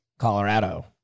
Colorado